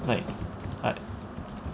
like I